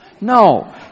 No